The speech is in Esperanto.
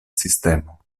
sistemo